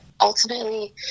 ultimately